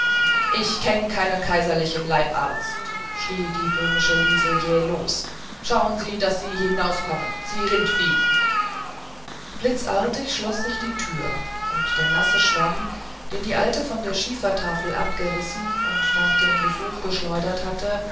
ich kenn keinen kaiserlichen leibarzt schrie die böhmische liesel jäh los schauen sie daß sie hinauskommen sie rindvieh blitzartig schloß sich die türe und der nasse schwamm den die alte von der schiefertafel abgerissen und nach dem besuch geschleudert hatte